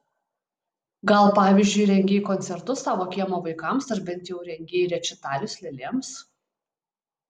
gal pavyzdžiui rengei koncertus savo kiemo vaikams arba bent jau rengei rečitalius lėlėms